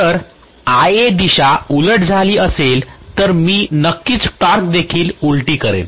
जर Ia दिशा उलट झाली असेल तर मी नक्कीच टॉर्क देखील उलटी करीन